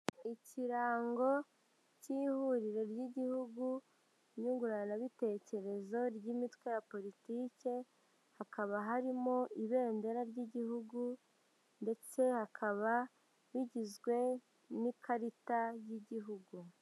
Ikirango cy'ihuriro ry'igihugu nyunguranabitekerezo ry'imitwe ya politiki, hakaba harimo ibendera ry'igihugu ndetse hakaba rigizwe n'ikarita y'igihugu.